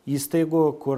įstaigų kur